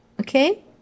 okay